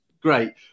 great